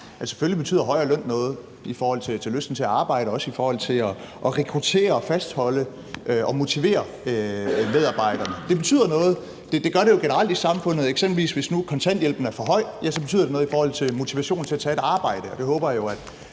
selvfølgelig betyder højere løn noget i forhold til lysten til at arbejde og også i forhold til at rekruttere, fastholde og motivere medarbejderne. Det betyder noget, det gør det jo generelt i samfundet. Hvis eksempelvis kontanthjælpen er for høj, betyder det noget i forhold til motivationen til at tage et arbejde. Jeg håber, at